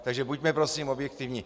Takže buďme prosím objektivní!